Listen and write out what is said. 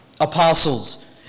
Apostles